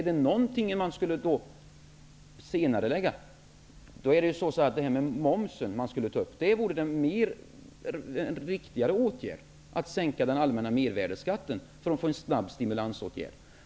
Det vore en riktigare åtgärd att sänka den allmänna mervärdeskatten för att snabbt få stimulansåtgärder.